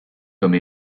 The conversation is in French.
comme